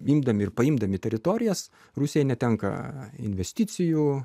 gindami ir paimdami teritorijas rusija netenka investicijų